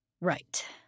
Right